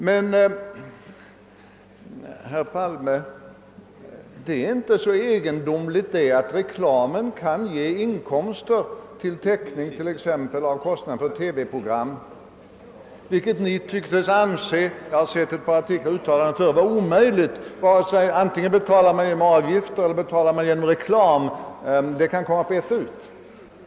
Det är, herr Palme, inte så egendomligt att reklamen utan prishöjning kan ge inkomster till täckning av t.ex. kostnader för TV-program, vilket Ni tycks anse omöjligt — jag har sett ett par uttalanden förut enligt vilka det för tittarna kan komma på ett ut om man betalar genom avgifter eller genom reklam.